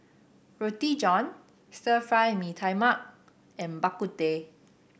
Roti John Stir Fry Mee Tai Mak and Bak Kut Teh